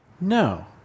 No